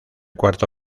cuarto